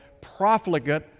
profligate